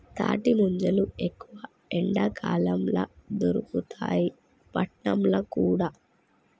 తాటి ముంజలు ఎక్కువ ఎండాకాలం ల దొరుకుతాయి పట్నంల కూడా